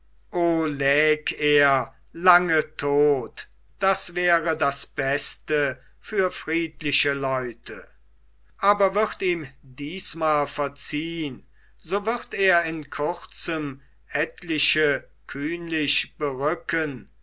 er lange tot das wäre das beste für friedliche leute aber wird ihm diesmal verziehn so wird er in kurzem etliche kühnlich berücken